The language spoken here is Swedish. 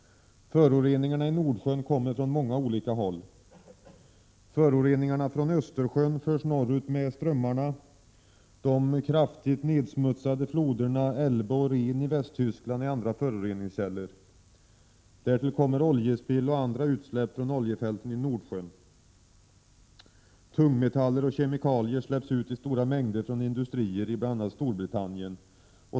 Föroreningarna i Nordsjön kommer från olika håll. Föroreningar från Östersjön förs norrut med strömmarna. De kraftigt nedsmutsade floderna Elbe och Rhen i Västtyskland är andra föroreningskällor. Därtill kommer oljespill och andra utsläpp från oljefälten i Nordsjön. Tungmetaller och kemikalier släpps ut i stora mängder från industrier i bl.a. Storbritannien.